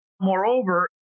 moreover